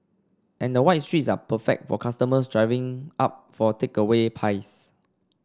and the wide streets are perfect for customers driving up for takeaway pies